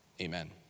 amen